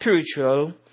spiritual